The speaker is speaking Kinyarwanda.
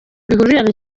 bihuriranye